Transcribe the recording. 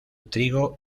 trigo